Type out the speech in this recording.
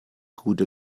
gute